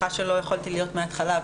וסליחה שלא יכולתי להיות מההתחלה,.